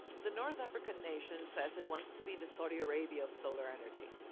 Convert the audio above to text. the north african nation says it wants to be the saudi arabia of solar energy,